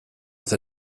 with